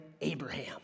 Abraham